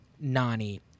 Nani